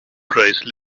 prize